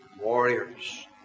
warriors